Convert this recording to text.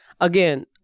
Again